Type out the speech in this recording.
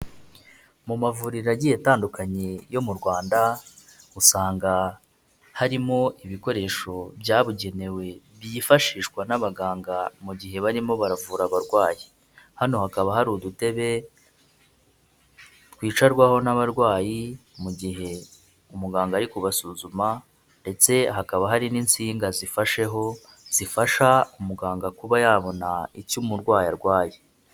Mu mavuriro agiye atandukanye yo mu Rwanda, usanga harimo ibikoresho byabugenewe byifashishwa n'abaganga mu gihe barimo baravura abarwayi. Hano hakaba hari udutebe twicarwaho n'abarwayi mu gihe umuganga ari kubasuzuma, ndetse hakaba hari n'insinga zifasheho zifasha umuganga kuba yabona icyo umurwayi arwaye.